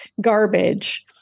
garbage